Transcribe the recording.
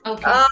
Okay